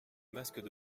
masques